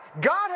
God